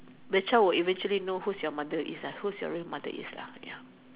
the child will eventually know who's your mother is lah who's your real mother is lah ya